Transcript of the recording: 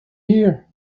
here